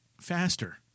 faster